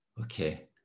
Okay